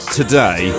today